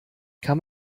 kann